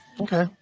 okay